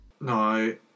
No